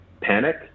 Panic